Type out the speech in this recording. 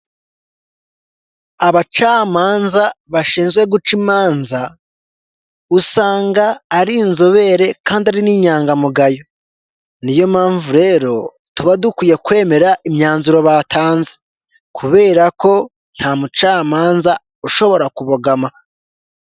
Abacamanza bashinzwe guca imanza, usanga ari inzobere kandi ari n'inyangamugayo, niyo mpamvu rero tuba dukwiye kwemera imyanzuro batanze, kubera ko nta mucamanza ushobora kubogama.